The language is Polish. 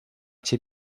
cię